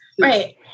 Right